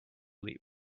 leap